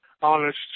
honest